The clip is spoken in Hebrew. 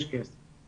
יש כסף.